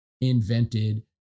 invented